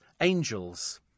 angels